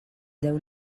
deu